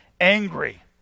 angry